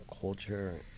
culture